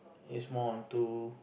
is more onto